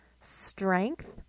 strength